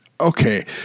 okay